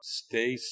stay